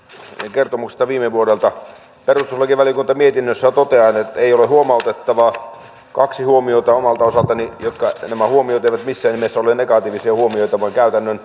kertomuksesta viime vuodelta perustuslakivaliokunta mietinnössään toteaa että ei ole huomautettavaa kaksi huomiota omalta osaltani ja nämä huomiot eivät missään nimessä ole negatiivisia huomioita vaan käytännön